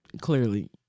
Clearly